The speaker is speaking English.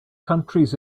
countries